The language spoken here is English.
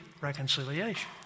reconciliation